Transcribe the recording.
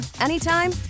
anytime